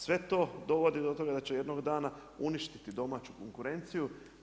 Sve to dovodi do toga da će jednog dana uništiti domaću konkurenciju.